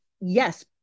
yes